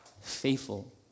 faithful